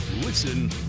Listen